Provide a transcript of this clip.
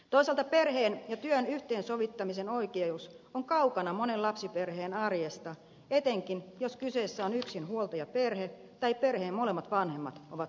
toisaalta perheen ja työn yhteensovittamisen oikeus on kaukana monen lapsiperheen arjesta etenkin jos kyseessä on yksinhuoltajaperhe tai perheen molemmat vanhemmat ovat samaa sukupuolta